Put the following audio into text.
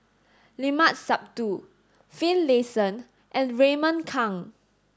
Limat Sabtu Finlayson and Raymond Kang